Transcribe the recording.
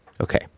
Okay